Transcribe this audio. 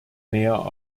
näher